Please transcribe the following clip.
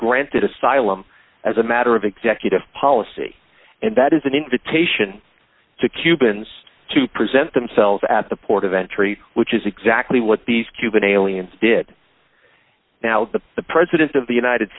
granted asylum as a matter of executive policy and that is an invitation to cubans to present themselves at the port of entry which is exactly what these cuban aliens did now that the president of the united